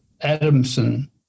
Adamson